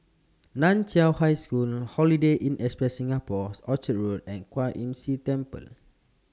NAN Chiau High School Holiday Inn Express Singapore Orchard Road and Kwan Imm See Temple